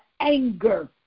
anger